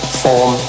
form